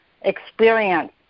experience